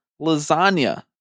lasagna